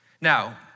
Now